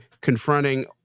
confronting